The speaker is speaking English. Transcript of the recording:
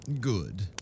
Good